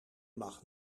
mag